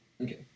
Okay